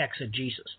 exegesis